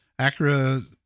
acura